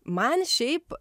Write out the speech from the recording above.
man šiaip